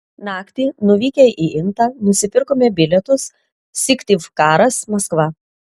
naktį nuvykę į intą nusipirkome bilietus syktyvkaras maskva